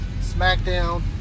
SmackDown